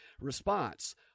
response